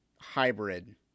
hybrid